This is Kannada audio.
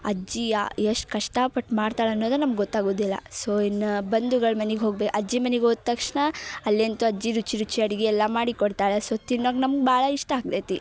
ಅಜ್ಜಿ ಯ ಎಷ್ಟು ಕಷ್ಟಪಟ್ಟು ಮಾಡ್ತಾಳೆ ಅನ್ನೋದು ನಮ್ಗೆ ಗೊತ್ತಾಗೊದಿಲ್ಲ ಸೋ ಇನ್ನ ಬಂಧುಗಳು ಮನಿಗೆ ಹೋಗ್ಬೆ ಅಜ್ಜಿ ಮನೆಗೆ ಹೋದ ತಕ್ಷಣ ಅಲ್ಯಂತು ಅಜ್ಜಿ ರುಚಿ ರುಚಿ ಅಡಿಗೆಯೆಲ್ಲ ಮಾಡಿ ಕೊಡ್ತಾಳೆ ಸೊ ತಿನ್ನಾಕೆ ನಮ್ಗೆ ಭಾಳ ಇಷ್ಟ ಆಗ್ತೈತಿ